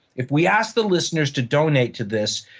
if we ask the listeners to donate to this,